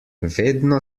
vedno